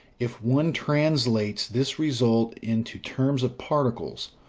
if one translates this result into terms of particles,